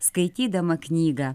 skaitydama knygą